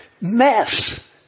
mess